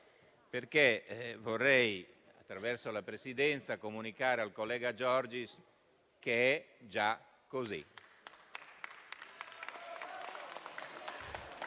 perché vorrei, attraverso la Presidenza, comunicare al collega Giorgis che è già così.